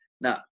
Now